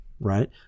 right